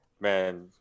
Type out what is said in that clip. Man